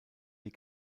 die